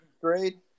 grade